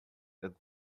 and